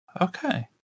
Okay